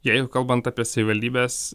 jeigu kalbant apie savivaldybes